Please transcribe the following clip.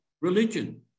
religion